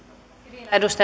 arvoisa